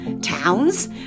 towns